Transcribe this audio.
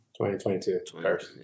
2022